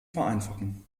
vereinfachen